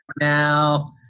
now